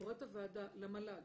קוראת הוועדה למל"ג